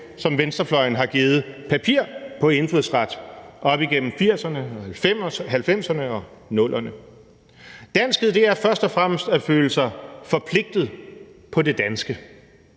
som venstrefløjen har givet papir på indfødsret op igennem 1980'erne og 1990'erne og 00'erne. Danskhed er først og fremmest at føle sig forpligtet på det danske.